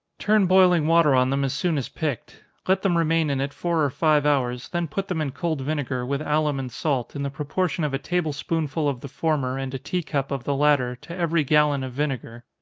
turn boiling water on them as soon as picked. let them remain in it four or five hours, then put them in cold vinegar, with alum and salt, in the proportion of a table spoonful of the former and a tea cup of the latter, to every gallon of vinegar.